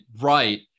right